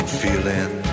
feeling